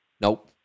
Nope